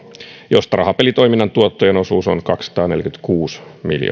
mistä rahapelitoiminnan tuottojen osuus on kaksisataaneljäkymmentäkuusi miljoonaa euroa